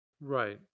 Right